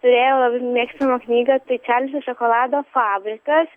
turėjau mėgstamą knygą tai čarlzis šokolado fabrikas